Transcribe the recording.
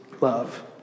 love